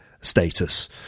status